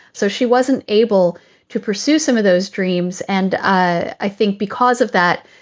so she wasn't able to pursue some of those dreams. and i think because of that,